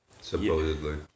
Supposedly